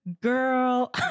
Girl